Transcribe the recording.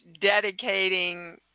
dedicating –